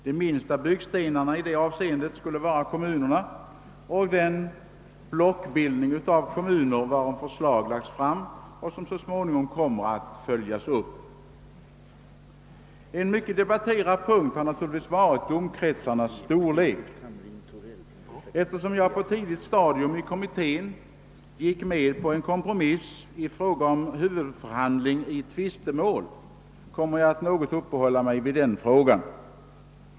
De minsta byggstenarna i detta avseende skulle vara kommunerna och den blockbildning av kommuner varom förslag framlagts och som så småningom kommer att följas upp. En mycket debatterad punkt har naturligtvis varit domkretsarnas storlek. Eftersom jag på ett tidigt stadium av kommittéarbetet gick med på en kompromiss i fråga om huvudförhandling i tvistemål kommer jag att något uppehålla mig vid den frågan.